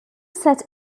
set